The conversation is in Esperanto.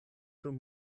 dum